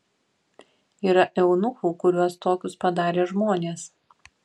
yra eunuchų kuriuos tokius padarė žmonės